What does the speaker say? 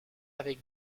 avec